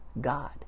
God